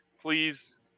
Please